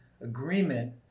agreement